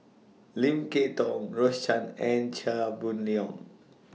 Lim Kay Tong Rose Chan and Chia Boon Leong